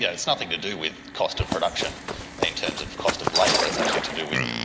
yeah it's nothing to do with cost of production in terms of cost of labour, it's actually to do with,